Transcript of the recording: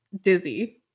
dizzy